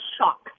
shock